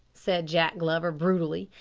said jack glover brutally,